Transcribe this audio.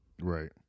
Right